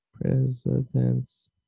President's